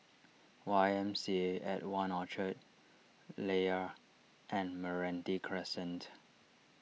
Y M C A at one Orchard Layar and Meranti Crescent